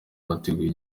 bateguye